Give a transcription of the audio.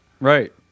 Right